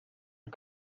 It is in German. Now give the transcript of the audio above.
der